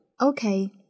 Okay